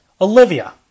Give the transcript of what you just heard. Olivia